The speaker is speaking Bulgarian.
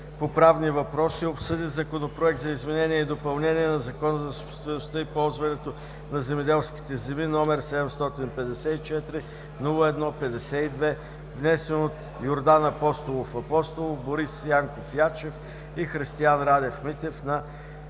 по правни въпроси обсъди Законопроект за изменение и допълнение на Закона за собствеността и ползването на земеделските земи № 754-01-52, внесен от Йордан Апостолов Апостолов, Борис Янков Ячев и Христиан Радев Митев на